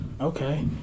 Okay